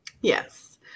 Yes